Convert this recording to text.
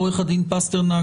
עו"ד פסטרנק,